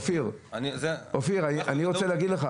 אופיר, אני רוצה להגיד לך